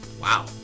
Wow